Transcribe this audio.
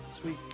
sweet